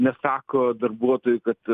nesako darbuotojui kad